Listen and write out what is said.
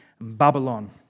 Babylon